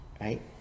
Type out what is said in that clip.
right